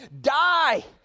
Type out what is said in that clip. die